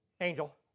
angel